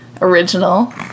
original